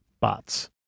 bots